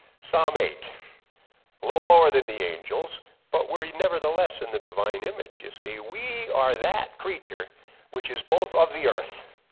psalm eight, a little lower than the angels but where he nevertheless in the divine image. you see we are that creature which is both of the earth,